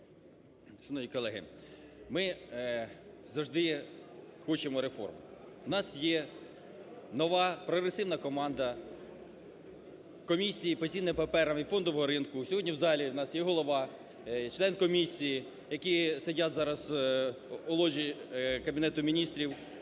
Шановні колеги, ми завжди хочемо реформ. У нас є нова прогресивна команда Комісії по цінним паперам і фондового ринку. Сьогодні в залі у нас є голова, член комісії, які сидять зараз в ложі Кабінету Міністрів,